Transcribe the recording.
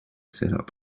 setup